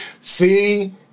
see